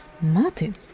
Martin